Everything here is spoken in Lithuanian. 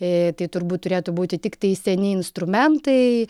tai turbūt turėtų būti tiktai seni instrumentai